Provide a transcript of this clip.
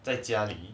在家里